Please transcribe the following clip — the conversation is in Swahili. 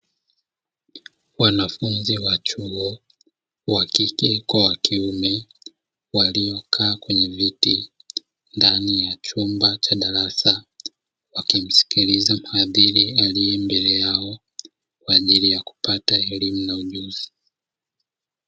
Wanafunzi wa chuo, wakike kwa wakiume waliokaa kwenye viti ndani ya chumba cha darasa wakimsikiliza mhadhili alie mbele yao kwaajili yakupata elimu na ujuzi.